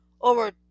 over